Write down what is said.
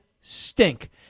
stink